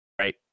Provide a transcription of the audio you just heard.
right